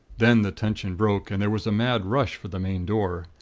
then the tension broke, and there was a mad rush for the main door.